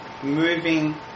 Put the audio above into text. moving